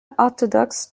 orthodox